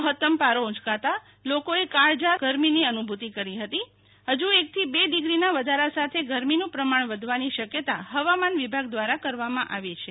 મહત્તમ પારો ઉંયકાતા લોકોએ કાળજાળ ગરમીની અનુ ભુતિ કહી હતી હજુ એકથી બે ડિગ્રીના વધારા સાથે ગરમીનું પ્રમાણ વધવાની શક્યતા હવામાન વિભાગ દ્રારા કરવામાં આવી છે